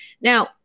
Now